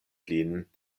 lin